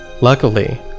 Luckily